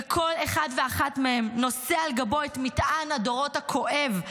וכל אחד ואחת מהם נושא על גבו את מטען הדורות הכואב,